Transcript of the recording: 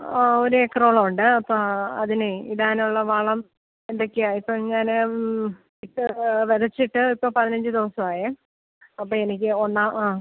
ആ ഒരു ഏക്കറോളം ഉണ്ട് അപ്പോൾ അതിന് ഇടാനുള്ള വളം എന്തൊക്കെയാ ഇപ്പം ഞാൻ വിത്ത് വിതച്ചിട്ട് ഇപ്പോൾ പതിനഞ്ച് ദിവസം ആയേ അപ്പോൾ എനിക്ക് ഒന്നാ ആ